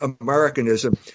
Americanism